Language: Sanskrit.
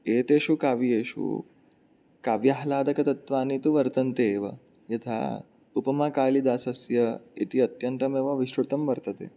एतेषु काव्येषु काव्याह्लादतत्त्वानि तु वर्तन्ते एव यथा उपमा कालिदासस्य इति अत्यन्तमेव विश्रुतं वर्तते